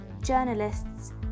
journalists